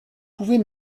pouvez